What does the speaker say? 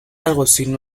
alguacil